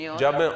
ג'אבר?